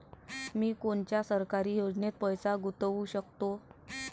मी कोनच्या सरकारी योजनेत पैसा गुतवू शकतो?